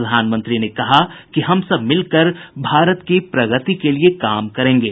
प्रधानमंत्री ने कहा कि हम सब मिलकर भारत की प्रगति के लिए काम करेंगे